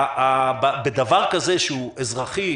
ודבר כזה שהוא אזרחי,